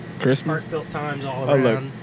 Christmas